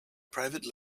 private